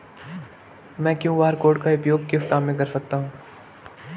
मैं QR code का उपयोग किस काम में कर सकता हूं?